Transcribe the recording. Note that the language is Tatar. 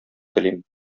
телим